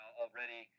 already